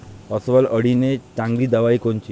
अस्वल अळीले चांगली दवाई कोनची?